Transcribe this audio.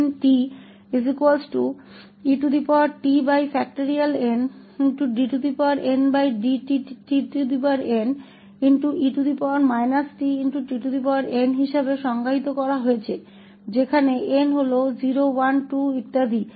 dndtn के रूप में परिभाषित किया गया है n 0 1 2 और इसी तरह है